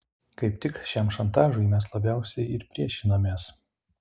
kaip tik šiam šantažui mes labiausiai ir priešinamės